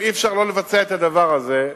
אבל אי-אפשר לא לבצע את הדבר הזה,